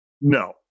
No